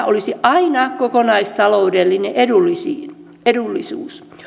olisi aina kokonaistaloudellinen edullisuus